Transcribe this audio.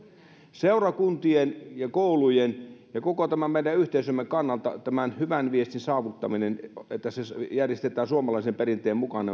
seurakuntien ja koulujen ja koko tämän meidän yhteisömme kannalta pidän tämän hyvän viestin saavuttamista että nämä juhlat järjestetään suomalaisen perinteen mukaan